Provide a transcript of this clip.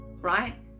right